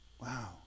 Wow